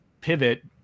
pivot